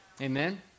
Amen